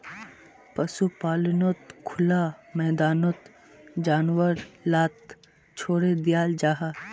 पशुपाल्नोत खुला मैदानोत जानवर लाक छोड़े दियाल जाहा